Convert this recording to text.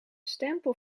stempel